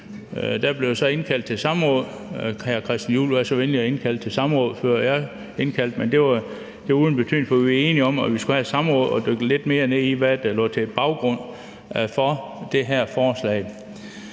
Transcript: blev der så indkaldt til samråd – hr. Christian Juhl var så venlig at indkalde til samråd, før jeg gjorde det, men det var uden betydning, for vi var enige om, at vi skulle have et samråd og dykke lidt mere ned i, hvad der lå til grund for det her forslag.